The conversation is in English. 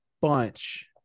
bunch